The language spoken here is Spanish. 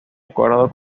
acuerdo